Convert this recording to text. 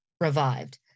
revived